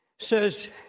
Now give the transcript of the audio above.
Says